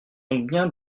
combien